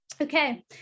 Okay